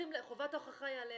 חובת ההוכחה היא עליהם.